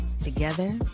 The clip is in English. Together